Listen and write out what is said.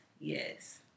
Yes